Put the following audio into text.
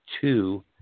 two